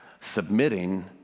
submitting